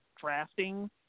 drafting